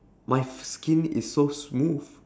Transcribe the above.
my f~ skin is so smooth